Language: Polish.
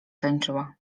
tańczyła